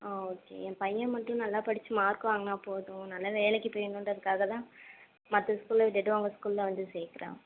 ஆ okay ஏ பையன் மட்டும் நல்லா படிச்சு மார்க் வாங்கினா போதும் நல்ல வேலைக்கு போய்டனுன்றதுக்காக தான் மற்ற ஸ்கூலை விட்டுவிட்டு உங்கள் ஸ்கூலில் வந்து சேர்க்குறன்